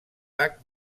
pac